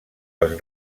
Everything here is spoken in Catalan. els